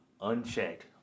unchecked